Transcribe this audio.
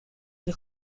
del